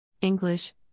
English